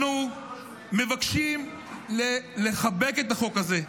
אנחנו מבקשים לחבק את החוק הזה.